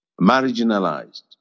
marginalized